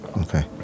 Okay